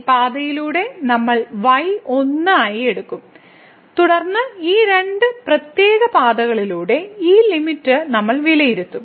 ഈ പാതയിലൂടെ നമ്മൾ y 1 ആയി എടുക്കും തുടർന്ന് ഈ രണ്ട് പ്രത്യേക പാതകളിലൂടെ ഈ ലിമിറ്റ് നമ്മൾ വിലയിരുത്തും